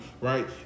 right